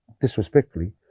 disrespectfully